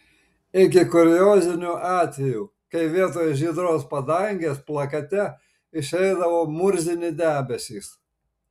iki kuriozinių atvejų kai vietoj žydros padangės plakate išeidavo murzini debesys